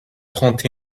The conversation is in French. trente